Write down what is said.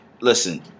listen